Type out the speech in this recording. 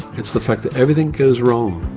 it's the fact that everything goes wrong.